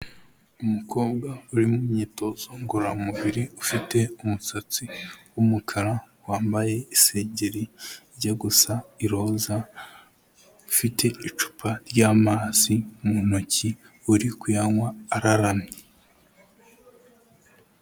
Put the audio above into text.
Umukobwa uri mu imyitozo ngororamubiri, ufite umusatsi w'umukara, wambaye isengegeri ijya gusa iroza, afite icupa ry'amazi mu ntoki, uri kuyanywa araramye.